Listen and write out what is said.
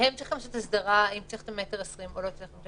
הם צריכים לראות אם צריך את ה-1.20 מטר או לא צריך את